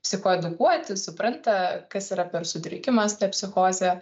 psichoedukuoti supranta kas yra per sutrikimas ta psichozė